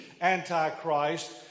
Antichrist